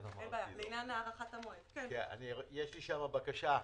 יש לי שם בקשה.